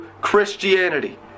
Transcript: Christianity